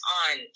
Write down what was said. on